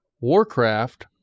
Warcraft